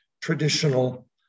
traditional